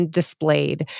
displayed